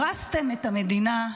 הרסתם את המדינה,